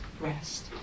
rest